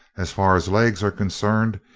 as far as legs are concerned,